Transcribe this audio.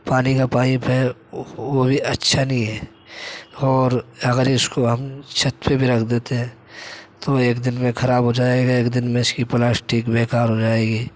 پانی کا پائپ ہے وہ بھی اچھا نہیں ہے اور اگر اس کو ہم چھت پہ بھی رکھ دیتے ہیں تو ایک دن میں خراب ہو جائے گا ایک دن میں اس کی پلاسٹک بیکار ہو جائے گی